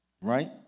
Right